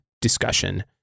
discussion